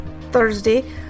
Thursday